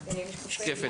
משקפי